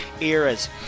eras